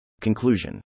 Conclusion